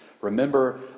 Remember